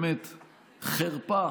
באמת חרפה,